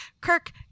Kirk